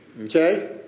Okay